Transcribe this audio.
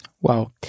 Wow